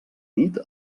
nit